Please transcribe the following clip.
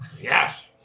Yes